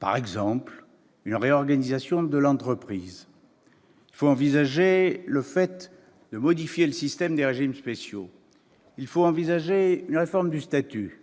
par exemple, une réorganisation de l'entreprise. Il faut envisager de modifier le système des régimes spéciaux. Il faut envisager une réforme du statut.